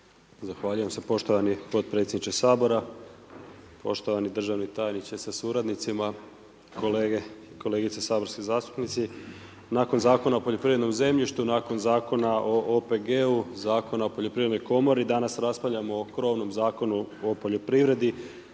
Zahvaljujem se poštovani potpredsjedniče Sabora. Poštovani državni tajnice sa suradnicima, kolegice i kolege saborski zastupnici. Nakon Zakona o poljoprivrednom zemljištu, nakon Zakona o OPG-u, Zakona o poljoprivrednoj komori, danas raspravljamo o krovnom Zakonu o poljoprivredi,